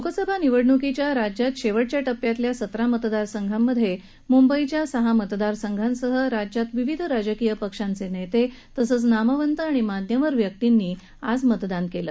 लोकसभा निवडणुकीच्या राज्यात शेवटच्या टप्प्यातल्या सतरा मतदारसंघात मुंबईच्या सहा मतदारसंघासह राज्यात विविध राजकीय पक्षांचे नेते आणि नामवंत व्यर्सींनी आज मतदान केलं